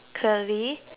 curly